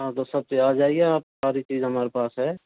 हाँ आजाइये आप सारी चीज हमारे पास है